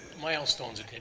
Milestones